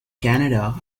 canada